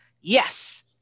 yes